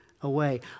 away